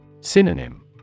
Synonym